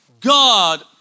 God